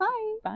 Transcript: Bye